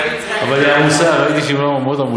אבל היא עמוסה, ראיתי שהיא עמוסה מאוד.